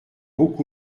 beaucoup